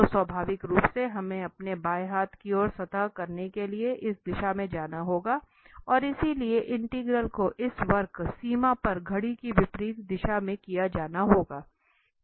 तो स्वाभाविक रूप से हमें अपने बाएं हाथ की ओर सतह रखने के लिए इस दिशा में जाना होगा और इसलिए इंटीग्रल को इस वक्र सीमा पर घड़ी की विपरीत दिशा में किया जाना होगा